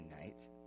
night